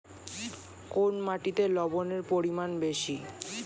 কোন মাটিতে লবণের পরিমাণ বেশি?